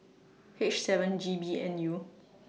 H seven G B N U